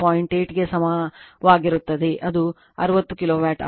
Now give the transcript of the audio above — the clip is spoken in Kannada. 8 ಗೆ ಸಮನಾಗಿರುತ್ತದೆ ಅದು 60 kW ಆಗಿತ್ತು